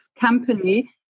company